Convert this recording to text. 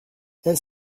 elles